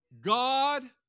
God